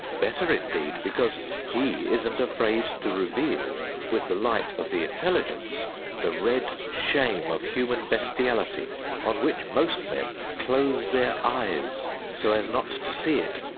better indeed, because he isn't afraid to reveal with the light of the intelligence the red shame of human bestiality on which most men close their eyes so as not to see it.